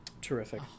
Terrific